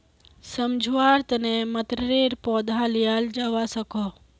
सम्झुआर तने मतरेर पौधा लियाल जावा सकोह